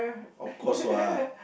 of course what